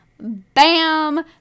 Bam